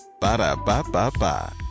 Ba-da-ba-ba-ba